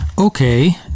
Okay